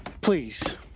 Please